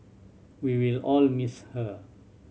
we will all miss her